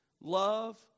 Love